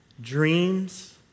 dreams